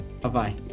Bye-bye